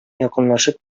якынлашып